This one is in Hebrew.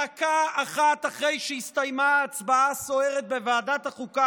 דקה אחת אחרי שהסתיימה ההצבעה הסוערת בוועדת החוקה